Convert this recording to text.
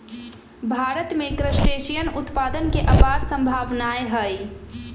भारत में क्रस्टेशियन उत्पादन के अपार सम्भावनाएँ हई